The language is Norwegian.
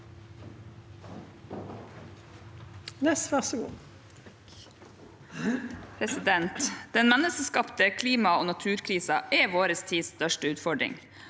leder): Den menneskeskapte klima- og naturkrisen er vår tids største utfordring.